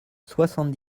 soixante